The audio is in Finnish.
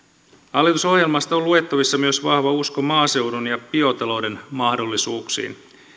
hallitusohjelmasta on luettavissa myös vahva usko maaseudun ja biotalouden mahdollisuuksiin